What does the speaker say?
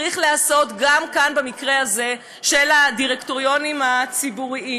צריך להיעשות גם כאן במקרה הזה של הדירקטוריונים הציבוריים?